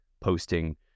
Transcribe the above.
posting